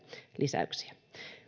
lisäyksiä